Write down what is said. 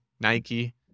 Nike